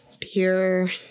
pure